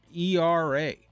ERA